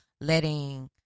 letting